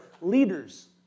leaders